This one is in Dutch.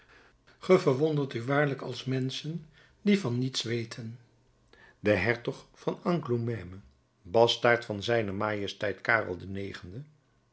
verwondert u waarlijk als menschen die van niets weten de hertog van angoulême bastaard van zijne majesteit karel ix